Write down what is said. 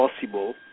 possible